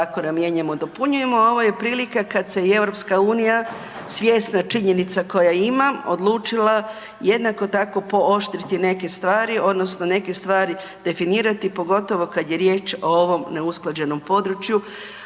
zakona mijenjamo i dopunjujemo, a ovo je prilika kad se i EU svjesna činjenica koja ima, odlučila jednako tako pooštriti neke stvari odnosno neke stvari definirati, pogotovo kad je riječ o ovom neusklađenom području